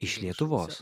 iš lietuvos